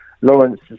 Lawrence